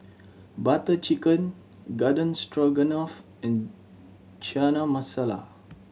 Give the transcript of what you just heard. Butter Chicken Garden Stroganoff and Chana Masala